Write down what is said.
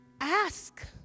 ask